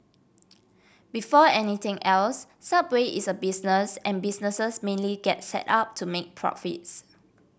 before anything else subway is a business and businesses mainly get set up to make profits